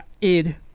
Id